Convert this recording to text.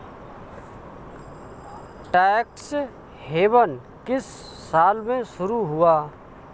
Tax haven किस साल में शुरू हुआ है?